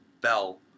Bell